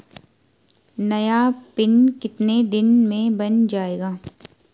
नया पिन कितने दिन में बन जायेगा?